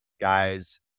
guys